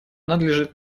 надлежит